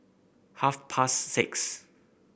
half past six